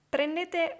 Prendete